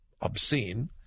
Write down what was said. obscene